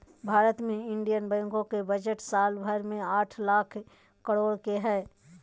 भारत मे इन्डियन बैंको के बजट साल भर मे आठ लाख करोड के हय